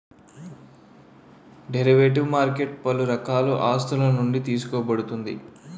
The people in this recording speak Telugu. డెరివేటివ్ మార్కెట్ పలు రకాల ఆస్తులునుండి తీసుకోబడుతుంది